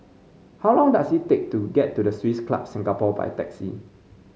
how long does it take to get to the Swiss Club Singapore by taxi